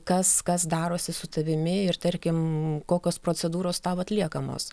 kas kas darosi su tavimi ir tarkim kokios procedūros tau atliekamos